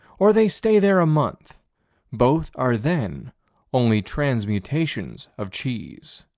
or they stay there a month both are then only transmutations of cheese.